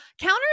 counter